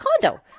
condo